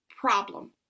problem